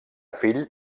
fill